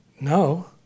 no